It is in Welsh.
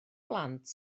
blant